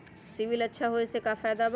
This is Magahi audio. सिबिल अच्छा होऐ से का फायदा बा?